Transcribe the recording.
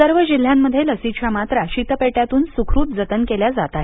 सर्व जिल्ह्यांमध्ये लसीच्या मात्रा शीतपेट्यांतून सुखरूप जतन केल्या जात आहेत